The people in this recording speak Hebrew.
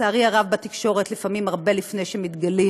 לצערי הרב, בתקשורת לפעמים הרבה לפני שהם מתגלים